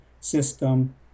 system